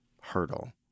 hurdle